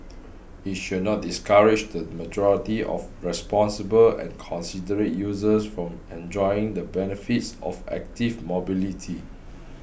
it should not discourage the majority of responsible and considerate users from enjoying the benefits of active mobility